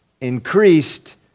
increased